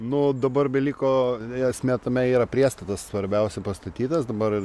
nu dabar beliko ir esmė tame yra priestatas svarbiausia pastatytas dabar ir